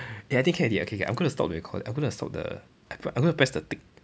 eh I think can already okay K I'm gonna stop the record I'm gonna stop the I'm I'm going to press the tick